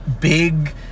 big